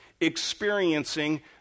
experiencing